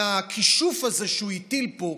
מהכישוף הזה שהוא הטיל פה,